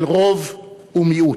של רוב ומיעוט.